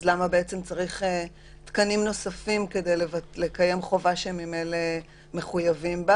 למה בעצם צריך תקנים נוספים כדי לקיים חובה שממילא מחויבים בה?